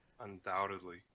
Undoubtedly